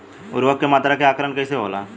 उर्वरक के मात्रा के आंकलन कईसे होला?